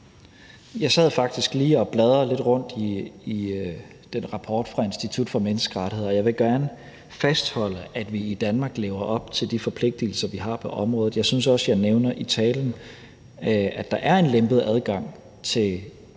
Jeg sad faktisk lige og bladrede lidt rundt i den rapport fra Institut for Menneskerettigheder, og jeg vil gerne fastholde, at vi i Danmark lever op til de forpligtelser, vi har på området. Jeg synes også, at jeg i talen nævner, at der er en mere lempelig adgang for de